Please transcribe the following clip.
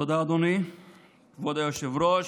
תודה, אדוני כבוד היושב-ראש.